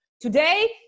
Today